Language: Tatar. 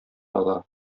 ала